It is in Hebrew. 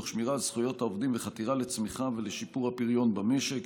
תוך שמירה על זכויות העובדים וחתירה לצמיחה ולשיפור הפריון במשק.